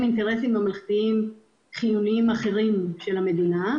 אינטרסים ממלכתיים חיוניים אחרים של המדינה",